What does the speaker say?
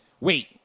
Wait